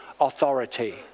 authority